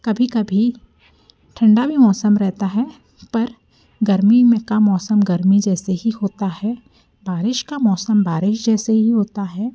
कभी कभी ठंडा भी मौसम रहता है पर गर्मी में का मौसम गर्मी जैसे ही होता है बारिश का मौसम बारिश जैसे ही होता है